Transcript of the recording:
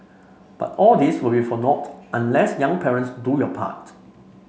but all this will be for nought unless young parents do your part